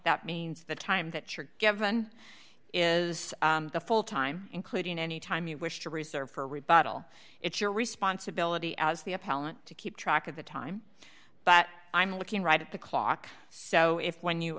that means the time that you're given is the full time including any time you wish to reserve for rebuttal it's your responsibility as the appellant to keep track of the time but i'm looking right at the clock so if when you